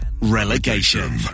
relegation